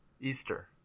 easter